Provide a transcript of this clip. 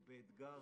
אנחנו באתגר